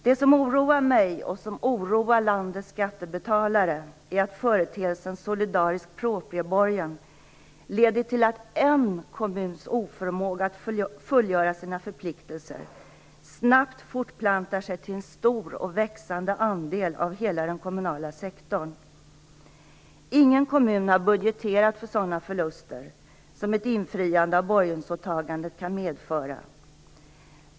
Det som oroar mig och som oroar landets skattebetalare är att företeelsen solidarisk proprieborgen leder till att en kommuns oförmåga att fullgöra sina förpliktelser snabbt fortplantar sig till en stor och växande andel av hela den kommunala sektorn. Ingen kommun har budgeterat för sådana förluster som ett infriande av borgensåtagandet kan medföra.